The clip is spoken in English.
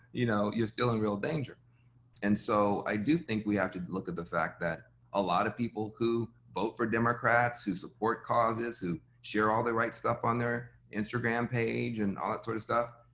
you know, you're still in real danger and so i do think we have to look at the fact that a lot of people who vote for democrats, who support causes, who share all the right stuff on their instagram page and all that sort of stuff,